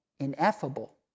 ineffable